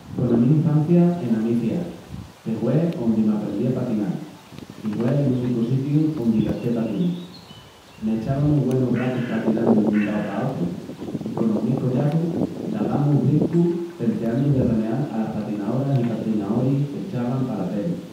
Cona mi infancia ena mi ciá, que hue ondi m'aprendrí a patinal, i hue l'unicu sitiu ondi gasté patinis. M'echava mu güenus ratus patinandu dun lau pa otru i conos mis collaçus davamus brincus tenteandu de remeal alas patinaoras i patinaores que echavan pala teli.